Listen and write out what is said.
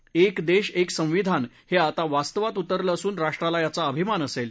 ते एकदेश एकसंविधान हे आता वास्तवात उतरलं असून राष्ट्राला याचा अभिमान असेल